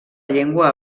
llengua